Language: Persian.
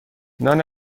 نان